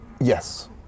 yes